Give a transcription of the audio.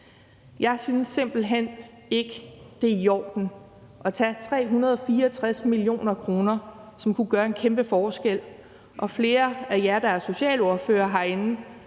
Jeg synes simpelt hen ikke, det er i orden at tage 364 mio. kr., som kunne gøre en kæmpe forskel. Flere af jer herinde, der er socialordførere,